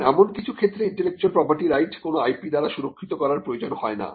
এখন এমন কিছু ক্ষেত্রে ইন্টেলেকচুয়াল প্রপার্টি রাইট কোন IP দ্বারা সুরক্ষিত করার প্রয়োজন হয় না